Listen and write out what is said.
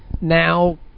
now